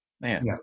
Man